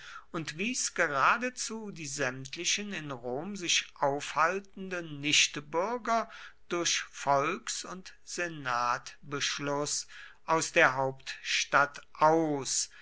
und wies geradezu die sämtlichen in rom sich aufhaltenden nichtbürger durch volks und senatbeschluß aus der hauptstadt aus